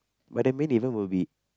but the main event will be